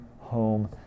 home